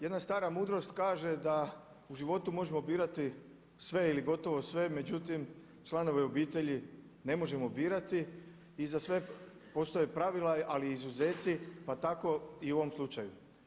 Jedna stara mudrost kaže da u životu možemo birati sve ili gotovo sve, međutim članove obitelji ne možemo birati i za sve postoje pravila ali i izuzeci pa tako i u ovom slučaju.